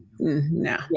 No